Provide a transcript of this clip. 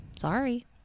sorry